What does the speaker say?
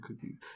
cookies